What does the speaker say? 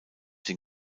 den